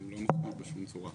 הוא לא דומה בשום צורה.